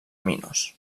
minos